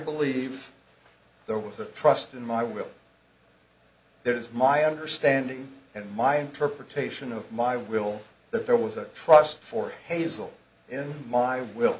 believe there was a trust in my will there is my understanding and my interpretation of my will that there was a trust for hazel in my will